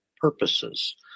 purposes